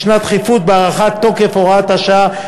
יש דחיפות בהארכת תוקף הוראת השעה.